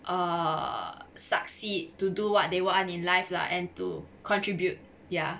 err succeed to do what they want in life lah and to contribute ya